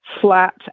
flat